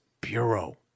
Bureau